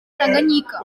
tanganyika